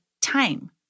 time